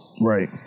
right